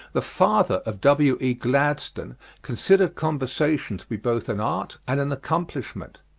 the father of w e. gladstone considered conversation to be both an art and an accomplishment.